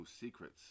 secrets